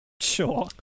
Sure